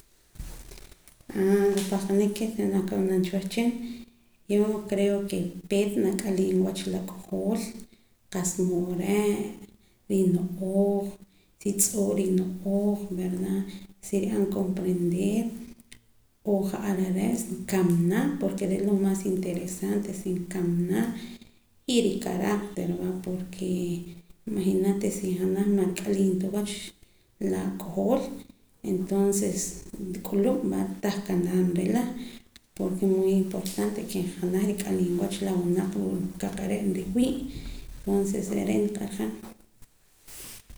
A la pahqanik ke naak ab'anam cha wehchin yo crep ke peet nat'aliim wach la k'ojool qa'sa mood re' rino'ooj si tz'oo' rino'ooj verda si nri'an comprender o ja'ar are' si nkamana porke re' lo mas interesante si nkamana y ricar'acter va porke imaginate si janaj man rat'aliim ta wach la k'ojool entonces rik'ulub' va tah kanaat nrila porke muy importante ke janaj rit'aliim wach la winaq ruu' qa'keh ree' nriwii' entonces re' re' niq'ar han